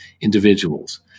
individuals